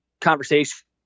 conversation